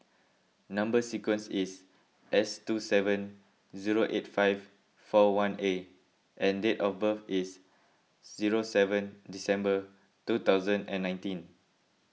Number Sequence is S two seven zero eight five four one A and date of birth is zero seven December two thousand and nineteen